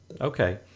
Okay